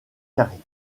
carrés